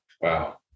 Wow